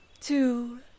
two